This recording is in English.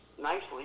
nicely